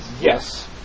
Yes